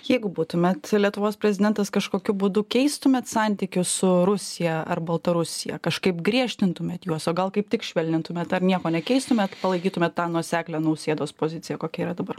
jeigu būtumėt lietuvos prezidentas kažkokiu būdu keistumėt santykius su rusija ar baltarusija kažkaip griežtintumėt juos o gal kaip tik švelnintumėt ar nieko nekeistumėt palaikytumėm tą nuoseklią nausėdos poziciją kokia yra dabar